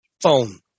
phone